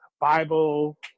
Bible